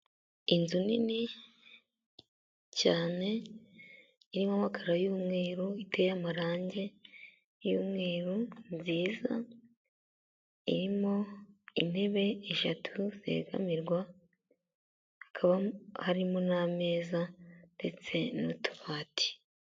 Inzu nini cyane irimo amakaro y'umweru, iteye amarange y'umweru nziza, irimo intebe eshatu zegamirwa, hakaba harimo n'ameza ndetse n'utubati.